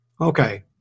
Okay